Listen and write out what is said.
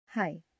Hi